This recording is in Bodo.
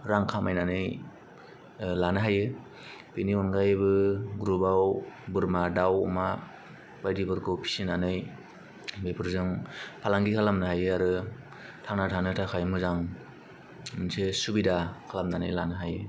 रां खामायनानै लानो हायो बिनि अनगायैबो ग्रुपाव बोरमा दाव अमा बायदिफोरखौ फिसिनानै बेफोरजों फालांगि खालामनो हायो आरो थांनानै थानो थाखाय मोजां मोनसे सुबिदा खालामनानै लानो हायो